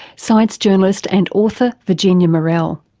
science journalist and author virginia morell.